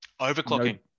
overclocking